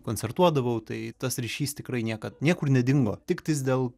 koncertuodavau tai tas ryšys tikrai niekad niekur nedingo tiktais dėl